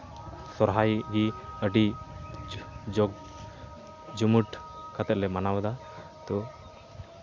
ᱥᱚᱨᱦᱟᱭ ᱜᱮ ᱟᱹᱰᱤ ᱡᱚᱜᱽ ᱡᱟᱢᱩᱴ ᱠᱟᱛᱮᱫ ᱞᱮ ᱢᱟᱱᱟᱣᱫᱟ ᱛᱳ